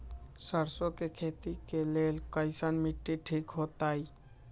सरसों के खेती के लेल कईसन मिट्टी ठीक हो ताई?